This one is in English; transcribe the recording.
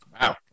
Wow